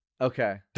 okay